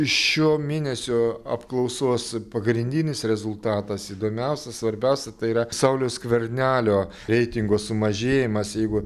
šio mėnesio apklausos pagrindinis rezultatas įdomiausias svarbiausia tai yra sauliaus skvernelio reitingo sumažėjimas jeigu